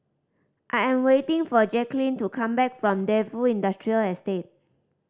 I am waiting for Jacquelynn to come back from Defu Industrial Estate